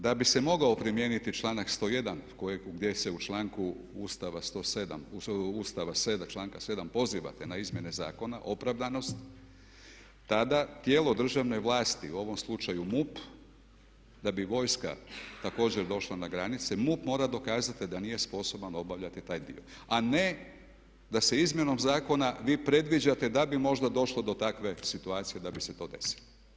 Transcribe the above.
Znači, da bi se mogao primijeniti članak 101. koji, gdje se u članku Ustava, članka 7. pozivate na izmjene zakona opravdanost tada tijelo državne vlasti, u ovom slučaju MUP, da bi vojska također došla na granice, MUP mora dokazati da nije sposoban obavljati taj dio a ne da se izmjenom zakona vi predviđate da bi možda došlo do takve situacije da bi se to desilo.